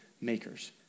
makers